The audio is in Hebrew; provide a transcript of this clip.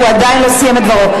הוא עדיין לא סיים את דברו.